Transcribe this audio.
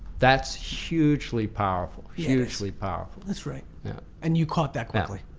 that's hugely powerful, hugely powerful. that's right. yeah and you caught that quickly?